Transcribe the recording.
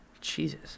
jesus